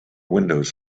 windows